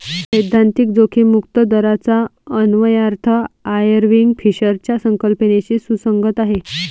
सैद्धांतिक जोखीम मुक्त दराचा अन्वयार्थ आयर्विंग फिशरच्या संकल्पनेशी सुसंगत आहे